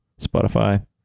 Spotify